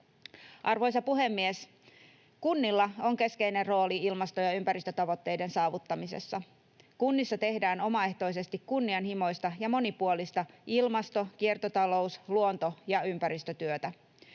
Arvoisa puhemies! Kunnilla on keskeinen rooli ilmasto‑ ja ympäristötavoitteiden saavuttamisessa. Kunnissa tehdään omaehtoisesti kunnianhimoista ja monipuolista ilmasto‑, kiertotalous‑, luonto‑ ja ympäristötyötä.